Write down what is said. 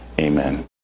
Amen